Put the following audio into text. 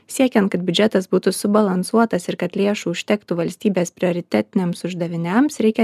siekiant kad biudžetas būtų subalansuotas ir kad lėšų užtektų valstybės prioritetiniams uždaviniams reikia